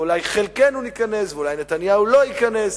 אולי חלקנו ניכנס ואולי נתניהו לא ייכנס,